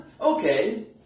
okay